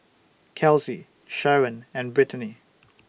Kelsey Sheron and Britany